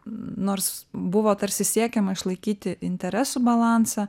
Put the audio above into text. nors buvo tarsi siekiama išlaikyti interesų balansą